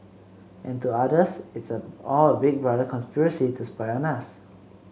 and to others it's all a big brother conspiracy to spy on us